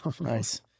Nice